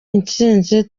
intsinzi